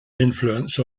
influence